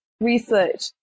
Research